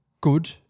good